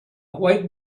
white